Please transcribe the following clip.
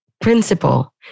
principle